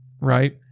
right